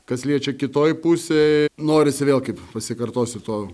kas liečia kitoj pusėj norisi vėl kaip pasikartosiu to